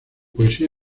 poesía